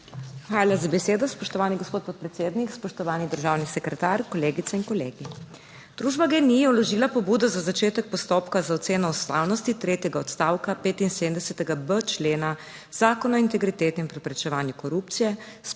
Hvala za besedo, spoštovani gospod podpredsednik. Spoštovani državni sekretar, kolegice in kolegi! Družba GEN-I je vložila pobudo za začetek postopka za oceno ustavnosti tretjega odstavka 75.b člena Zakona o integriteti in preprečevanju korupcije s